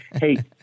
Hey